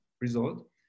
result